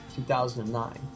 2009